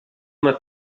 uma